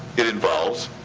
it involves,